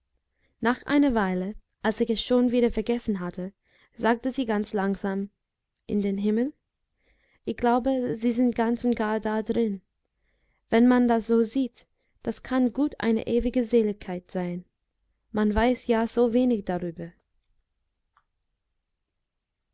nach einer weile als ich es schon wieder vergessen hatte sagte sie ganz langsam in den himmel ich glaube sie sind ganz und gar da drin wenn man das so sieht das kann gut eine ewige seligkeit sein man weiß ja so wenig darüber